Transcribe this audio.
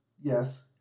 yes